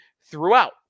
throughout